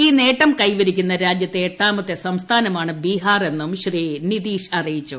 ഈ നേട്ടം കൈവരിക്കുന്ന രാജൃത്തെ എട്ടാമത്തെ സംസ്ഥാനമാണ് ബീഹാർ എന്നും ശ്രീ നിതീഷ് അറിയിച്ചു